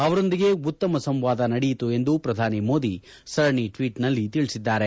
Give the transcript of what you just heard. ಅವರೊಂದಿಗೆ ಉತ್ತಮ ಸಂವಾದ ನಡೆಯಿತು ಎಂದು ಪ್ರಧಾನಿ ಮೋದಿ ಸರಣಿ ಟ್ನೀಟ್ನಲ್ಲಿ ತಿಳಿಸಿದ್ದಾರೆ